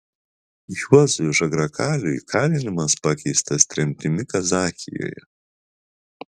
juozui žagrakaliui kalinimas pakeistas tremtimi kazachijoje